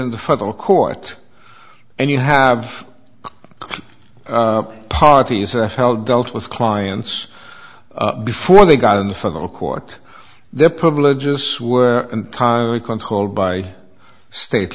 into federal court and you have parties are held dealt with clients before they got in the federal court their privileges were entirely controlled by state